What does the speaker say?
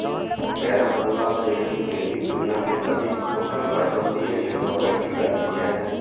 carambola पेड़ की खेती दुनिया के सभी उष्णकटिबंधीय क्षेत्रों में की जाती है